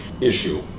issue